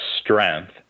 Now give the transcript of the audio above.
strength